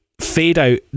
fade-out